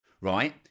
right